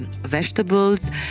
vegetables